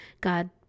God